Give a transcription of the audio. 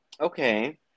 Okay